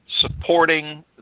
supporting